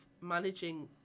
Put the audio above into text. managing